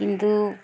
কিন্তু